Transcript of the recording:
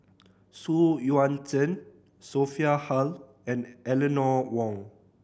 Xu Yuan Zhen Sophia Hull and Eleanor Wong